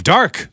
Dark